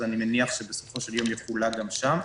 אז אני מניח שבסופו של יום יחולק גם שם.